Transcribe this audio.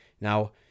Now